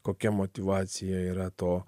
kokia motyvacija yra to